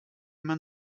man